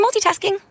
multitasking